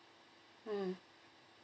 mm